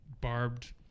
barbed